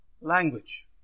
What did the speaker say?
language